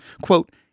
quote